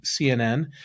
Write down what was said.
CNN